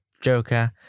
Joker